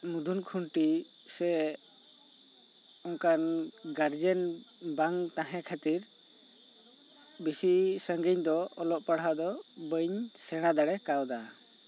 ᱢᱩᱫᱩᱱ ᱠᱷᱩᱱᱴᱤ ᱥᱮ ᱚᱱᱠᱟᱱ ᱜᱟᱨᱡᱮᱱ ᱵᱟᱝ ᱛᱟᱦᱮᱱ ᱠᱷᱟ ᱛᱤᱨ ᱵᱤᱥᱤ ᱥᱟᱺᱜᱤᱧ ᱫᱚ ᱚᱞᱚᱜ ᱯᱟᱲᱦᱟᱣ ᱫᱚ ᱵᱟ ᱧ ᱥᱮᱬᱟ ᱫᱟᱲᱮ ᱠᱟᱣᱫᱟ